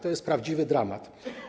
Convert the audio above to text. To jest prawdziwy dramat.